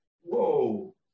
Whoa